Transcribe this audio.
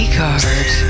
card